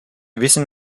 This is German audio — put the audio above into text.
wissen